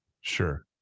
Sure